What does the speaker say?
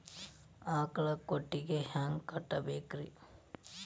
ಆಕಳ ಕೊಟ್ಟಿಗಿ ಹ್ಯಾಂಗ್ ಕಟ್ಟಬೇಕ್ರಿ?